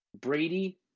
Brady